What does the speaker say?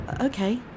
okay